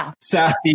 sassy